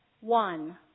one